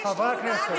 חבריי חברי הכנסת,